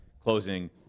closing